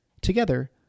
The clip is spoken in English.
Together